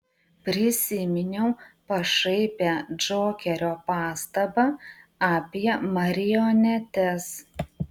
prisiminiau pašaipią džokerio pastabą apie marionetes